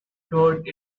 showed